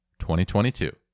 2022